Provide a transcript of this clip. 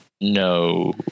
No